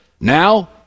Now